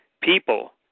people